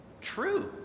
true